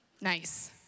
Nice